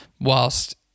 whilst